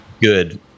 good